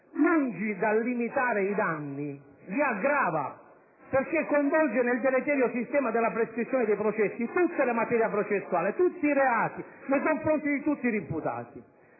lungi dal limitare i danni, li aggrava perché coinvolge nel deleterio sistema della prescrizione dei processi tutte le materie processuali, tutti i reati, e nei confronti di tutti